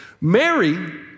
Mary